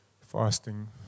fasting